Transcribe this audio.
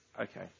okay